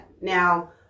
Now